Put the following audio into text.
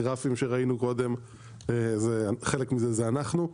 הגרפים שראינו קודם - חלק מזה זה אנחנו.